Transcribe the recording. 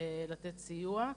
לתת סיוע,